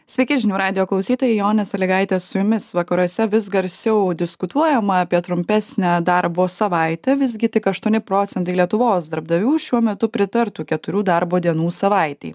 sveiki žinių radijo klausytojai jonė sąlygaitė su jumis vakaruose vis garsiau diskutuojama apie trumpesnę darbo savaitę visgi tik aštuoni procentai lietuvos darbdavių šiuo metu pritartų keturių darbo dienų savaitei